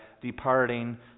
departing